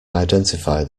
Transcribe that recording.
identify